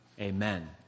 Amen